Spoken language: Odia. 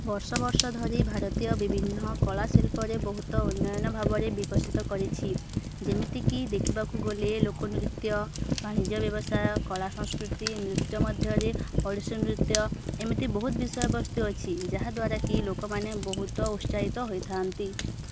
ବର୍ଷ ବର୍ଷ ଧରି ଭାରତୀୟ ବିଭିନ୍ନ କଳା ଶିଲ୍ପରେ ବହୁତ ଉନ୍ନୟନ ଭାବରେ ବିକଶିତ କରିଛି ଯେମିତିକି ଦେଖିବାକୁ ଗଲେ ଲୋକନୃତ୍ୟ ବାଣିଜ୍ୟ ବ୍ୟବସାୟ କଳା ସଂସ୍କୃତି ନୃତ୍ୟ ମଧ୍ୟରେ ଓଡ଼ିଶୀ ନୃତ୍ୟ ଏମିତି ବହୁତ ବିଷୟବସ୍ତୁ ଅଛି ଯାହାଦ୍ୱାରା କିି ଲୋକମାନେ ବହୁତ ଉତ୍ସାହିତ ହୋଇଥାନ୍ତି